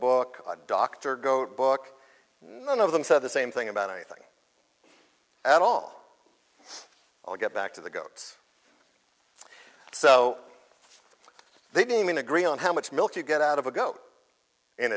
book dr goat book none of them said the same thing about anything at all all get back to the goats so they demon agree on how much milk you get out of a go in